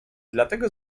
dlatego